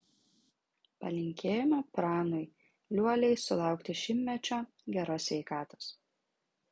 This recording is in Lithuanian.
palinkėjome pranui liuoliai sulaukti šimtmečio geros sveikatos